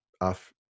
off